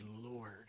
Lord